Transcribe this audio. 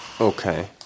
Okay